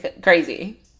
crazy